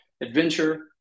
Adventure